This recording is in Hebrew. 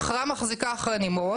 אחרי נמרוד,